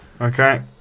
okay